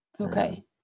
okay